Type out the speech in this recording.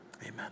Amen